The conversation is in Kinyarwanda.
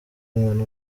umwana